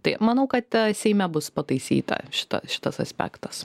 tai manau kad seime bus pataisyta šita šitas aspektas